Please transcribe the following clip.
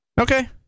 Okay